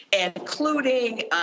including